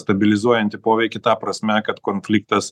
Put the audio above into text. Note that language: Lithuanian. stabilizuojantį poveikį ta prasme kad konfliktas